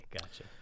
gotcha